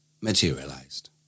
materialized